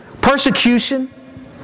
persecution